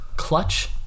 Clutch